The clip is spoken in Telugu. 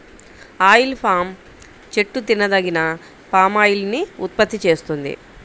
ఆయిల్ పామ్ చెట్టు తినదగిన పామాయిల్ ని ఉత్పత్తి చేస్తుంది